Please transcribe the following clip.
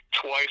twice